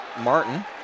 Martin